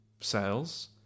sales